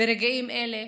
ברגעים אלה,